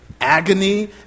agony